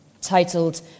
titled